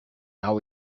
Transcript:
how